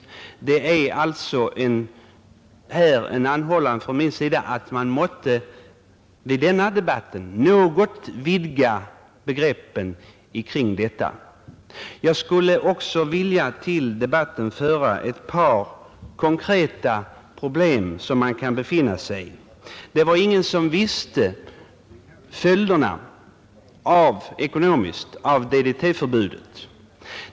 Det är alltså en anhållan från min sida att man måtte i denna debatt något vidga begreppen. Jag skulle också vilja till debatten föra ett par konkreta problem som man kan befinna sig i. Det var ingen som visste de ekonomiska följderna av DDT-förbudet.